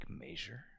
measure